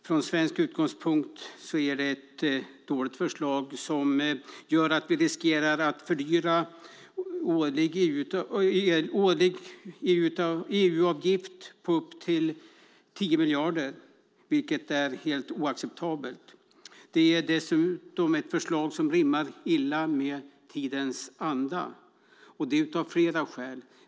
Från svensk utgångspunkt är det ett dåligt förslag som gör att vi riskerar en fördyrad årlig EU-avgift på upp till 10 miljarder, vilket är helt oacceptabelt. Det är dessutom ett förslag som rimmar illa med tidens anda, och det av flera skäl.